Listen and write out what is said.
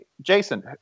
Jason